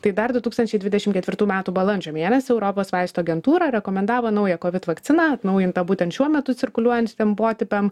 tai dar du tūkstančiai dvidešim ketvirtų metų balandžio mėnesį europos vaistų agentūra rekomendavo naują kovid vakciną atnaujintą būtent šiuo metu cirkuliuojant tiem potipiam